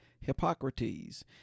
Hippocrates